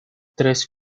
tres